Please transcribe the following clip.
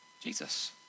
Jesus